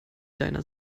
deiner